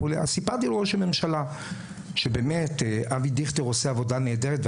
אז סיפרתי לראש הממשלה שבאמת אבי דיכטר עושה עבודה נהדרת,